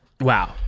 Wow